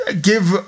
Give